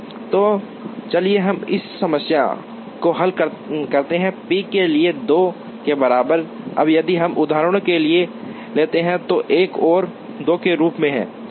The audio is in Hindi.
तो चलिए हम इस समस्या को हल करते हैं p के लिए 2 के बराबर अब यदि हम उदाहरण के लिए लेते हैं तो 1 और 2 के रूप में